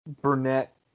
Burnett